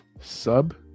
sub